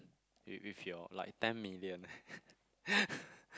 with with your like ten million eh